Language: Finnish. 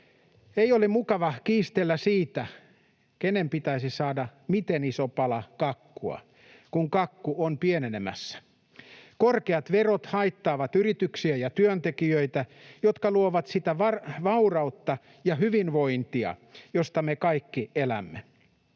Ei ole mukava kiistellä siitä, kenen pitäisi saada ja miten iso pala kakkua, kun kakku on pienenemässä. Korkeat verot haittaavat yrityksiä ja työntekijöitä, jotka luovat sitä vaurautta ja hyvinvointia, joista me kaikki elämme.